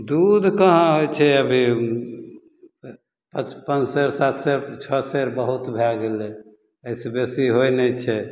दूध कहाँ होइ छै अभी पाँच सेर सात सेर छओ सेर बहुत भऽ गेलै एहिसे बेसी होइ नहि छै